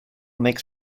makes